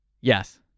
Yes